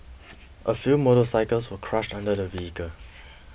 a few motorcycles were crushed under the vehicle